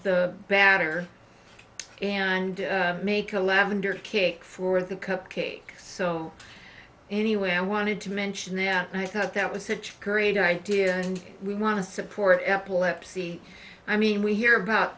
the batter and make a lavender kick for the cupcake so anyway i wanted to mention that i thought that was such a good idea and we want to support epilepsy i mean we hear about